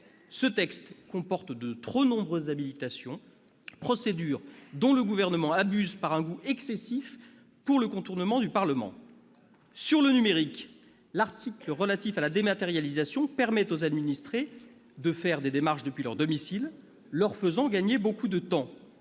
Ce texte comporte de trop nombreuses habilitations, procédure dont le Gouvernement abuse par un goût excessif pour le contournement du Parlement. Concernant le numérique, l'article relatif à la dématérialisation permet aux administrés de faire des démarches depuis leur domicile, ce qui leur fera gagner beaucoup de temps.